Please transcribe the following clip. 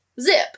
zip